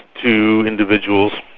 two individuals,